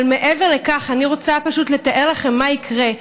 אבל מעבר לכך אני רוצה פשוט לתאר לכם מה יקרה.